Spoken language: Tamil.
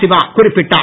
சிவா குறிப்பிட்டார்